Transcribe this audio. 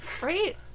Right